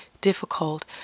difficult